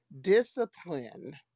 discipline